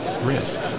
risk